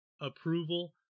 approval